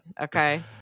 okay